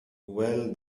well